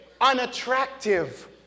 unattractive